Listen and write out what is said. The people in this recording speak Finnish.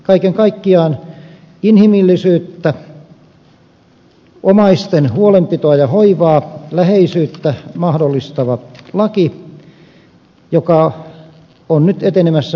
kaiken kaikkiaan inhimillisyyttä omaisten huolenpitoa ja hoivaa läheisyyttä mahdollistava laki joka on nyt etenemässä